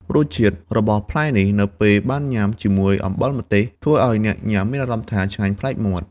រសជាតិរបស់ផ្លែនេះនៅពេលបានញ៉ាំ ជាមួយអំបិលម្ទេស ធ្វើឲ្យអ្នកញ៉ាំមានអារម្មណ៍ថា ឆ្ងាញ់ប្លែកមាត់។